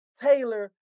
Taylor